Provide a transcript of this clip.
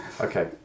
Okay